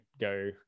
go